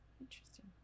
Interesting